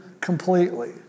completely